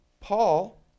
Paul